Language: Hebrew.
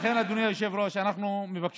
לכן, אדוני היושב-ראש, אנחנו מבקשים